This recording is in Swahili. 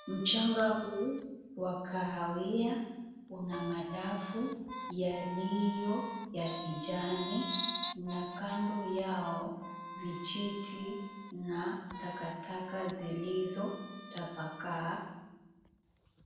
Mchanga hu wa kahawia na madafu yaliyo ya kijani na kando yao vijiti na takataka zilizotapakaa.